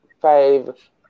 five